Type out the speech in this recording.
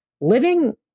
living